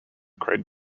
cried